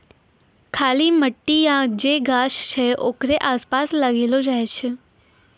खाली मट्टी या जे गाछ छै ओकरे आसपास लगैलो जाय छै